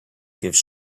gives